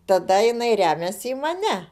tada jinai remiasi į mane